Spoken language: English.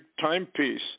timepiece